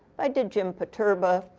i did jim poterba,